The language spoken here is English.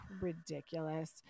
Ridiculous